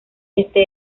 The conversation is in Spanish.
este